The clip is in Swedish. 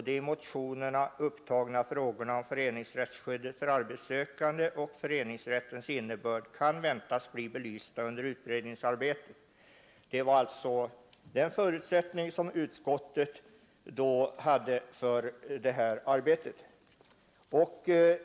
De i motionerna upptagna frågorna om föreningsrättsskyddet för arbetssökande och förhandlingsrättens innebörd kan väntas bli belysta under utredningsarbetet.” Det var alltså vad utskottet då förutsatte för det här arbetet.